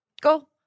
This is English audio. Go